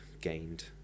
gained